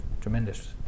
tremendous